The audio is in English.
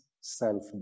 self